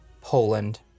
Poland